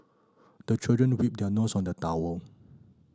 the children wipe their nose on the towel